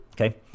Okay